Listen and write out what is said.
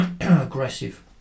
aggressive